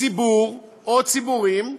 ציבור או ציבורים,